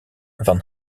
van